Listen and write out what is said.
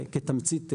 כתמצית בלבד.